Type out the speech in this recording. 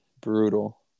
Brutal